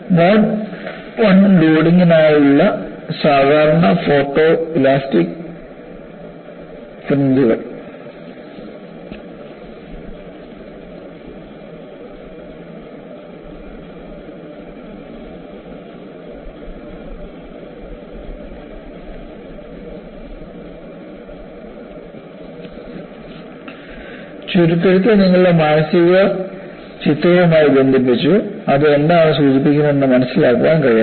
mode I ലോഡിംഗിനായുള്ള സാധാരണ photoelastic ഫ്രിഞ്ച്കൾ ചുരുക്കെഴുത്ത് നിങ്ങളുടെ മാനസിക ചിത്രവുമായി ബന്ധിപ്പിച്ചു അത് എന്താണ് സൂചിപ്പിക്കുന്നത് എന്ന് മനസ്സിലാക്കാൻ കഴിയണം